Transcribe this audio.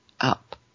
up